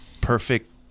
perfect